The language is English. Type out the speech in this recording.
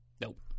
Nope